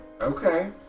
Okay